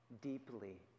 deeply